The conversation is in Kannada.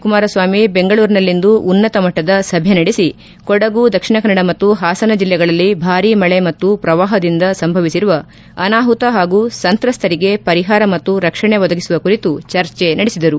ಕುಮಾರ ಸ್ನಾಮಿ ಬೆಂಗಳೂರಿನಲ್ಲಿಂದು ಉನ್ನತಮಟ್ಲದ ಸಭೆ ನಡೆಸಿ ಕೊಡಗು ದಕ್ಷಿಣ ಕನ್ನಡ ಮತ್ತು ಹಾಸನ ಜಿಲ್ಲೆಗಳಲ್ಲಿ ಭಾರಿ ಮಳೆ ಮತ್ತು ಪ್ರವಾಹದಿಂದ ಸಂಭವಿಸಿರುವ ಅನಾಹುತ ಹಾಗೂ ಸಂತ್ರಸ್ತರಿಗೆ ಪರಿಹಾರ ಮತ್ತು ರಕ್ಷಣೆ ಒದಗಿಸುವ ಕುರಿತು ಚರ್ಚೆ ನಡೆಸಿದರು